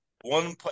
one